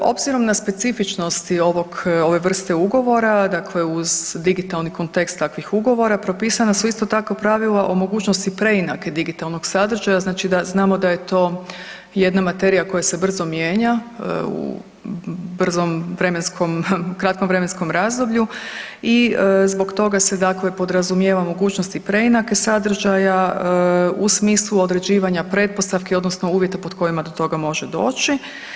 Obzirom na specifičnosti ove vrste ugovora, dakle uz digitalni kontekst takvih ugovora propisana su, isto tako pravila o mogućnosti preinake digitalnog sadržaja, znači da znamo da je to jedna materija koja se brzo mijenja u brzom vremenskom, kratkom vremenskom razdoblju i zbog toga se dakle podrazumijeva mogućnosti preinake sadržaja u smislu određivanja pretpostavki odnosno uvjeta pod kojima do toga može doći.